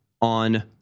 on